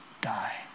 die